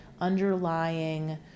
underlying